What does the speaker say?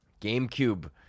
GameCube